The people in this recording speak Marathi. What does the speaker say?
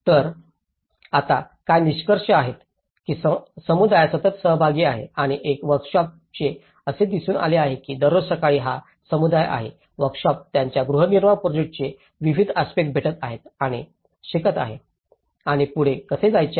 तर आता काय निष्कर्ष आहेत की समुदायात सतत सहभाग आहे आणि एक वोर्कशॉप चे असे दिसून आले आहे की दररोज सकाळी हा समुदाय आहे वोर्कशॉप त्यांच्या गृहनिर्माण प्रोजेक्टाचे विविध आस्पेक्टस भेटत आहे आणि शिकत आहे आणि पुढे कसे जायचे आहे